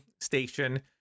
Station